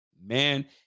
Man